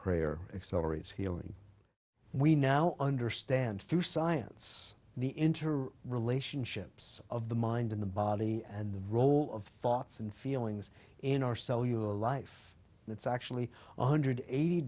prayer accelerates healing we now understand through science the interrelationships of the mind in the body and the role of thoughts and feelings in our cellular life and it's actually one hundred eighty